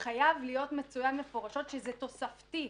חייב להיות מצוין במפורש שזה תוספתי,